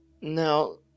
now